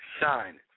shine